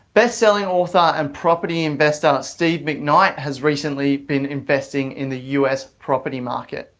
bestselling author and property investor steve mcnight has recently been investing in the us property market.